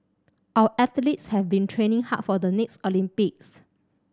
our athletes have been training hard for the next Olympics